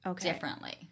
differently